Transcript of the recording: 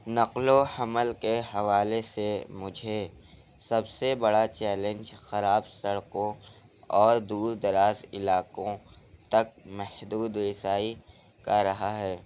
نقل و حمل کے حوالے سے مجھے سب سے بڑا چیلنج خراب سڑکوں اور دور دراز علاقوں تک محدود رسائی کر رہا ہے